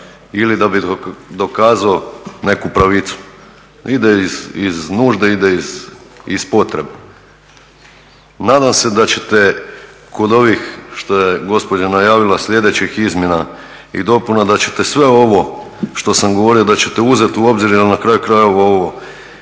ili da bi dokazao neku pravicu. Ide iz nužde, ide iz potrebe. Nadam se da ćete kod ovih što je gospođa najavila sljedećih izmjena i dopuna da ćete sve ovo što sam govorio da ćete uzeti u obzir jer na kraju krajeva ovo